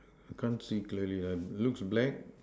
can't see clearly lah looks black